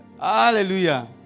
Hallelujah